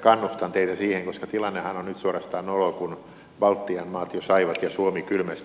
kannustan teitä siihen koska tilannehan on nyt suorastaan nolo kun baltian maat jo saivat ja suomi kylmästi sivuutettiin